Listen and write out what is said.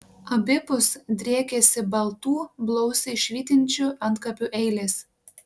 abipus driekėsi baltų blausiai švytinčių antkapių eilės